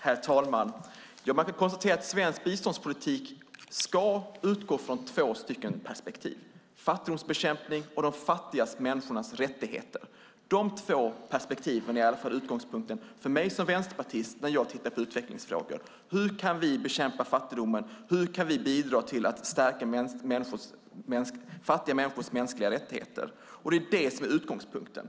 Herr talman! Man kan konstatera att svensk biståndspolitik ska utgå från två perspektiv: fattigdomsbekämpning och de fattiga människornas rättigheter. Dessa två perspektiv är i alla fall utgångspunkten för mig som vänsterpartist när jag tittar på utvecklingsfrågor. Hur kan vi bekämpa fattigdomen? Hur kan vi bidra till att stärka fattiga människors mänskliga rättigheter? Det är det som är utgångspunkten.